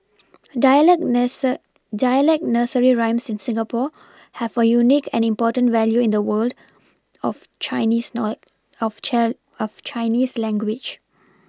dialect nurser dialect nursery rhymes in Singapore have a unique and important value in the world of Chinese nor of chair of Chinese language